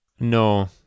no